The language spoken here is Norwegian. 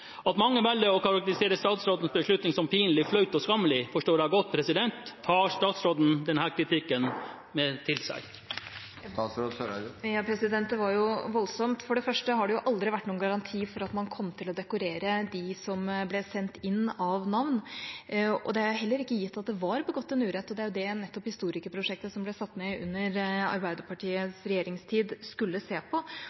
At mange velger å karakterisere statsrådens beslutning som pinlig, flau og skammelig, forstår jeg godt. Tar statsråden denne kritikken til seg? Det var jo voldsomt. For det første har det aldri vært noen garanti for at man kom til å dekorere det som ble sendt inn av navn, og det er heller ikke gitt at det var begått en urett. Det var jo nettopp det historikerprosjektet, som ble satt ned under